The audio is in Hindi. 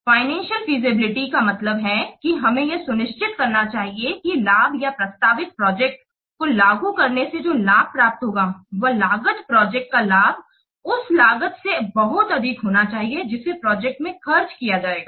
फाइनेंसियल फीजिबिलिटी का मतलब है कि हमें यह सुनिश्चित करना चाहिए कि लाभ या प्रस्तावित प्रोजेक्ट को लागू करने से जो लाभ प्राप्त होगा यह लागत प्रोजेक्ट का लाभ उस लागत से बहुत अधिक होना चाहिए जिस प्रोजेक्ट में खर्च किया जाएगा